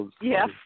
Yes